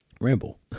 Ramble